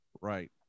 Right